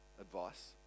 advice